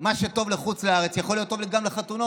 מה שטוב לחוץ לארץ יכול להיות טוב גם לחתונות.